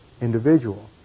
individual